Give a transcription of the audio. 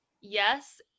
yes